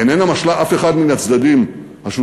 איננה משלה אף אחד מן הצדדים השותפים